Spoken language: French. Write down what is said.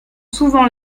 souvent